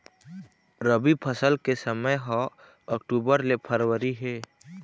रबी फसल के समय ह अक्टूबर ले फरवरी हे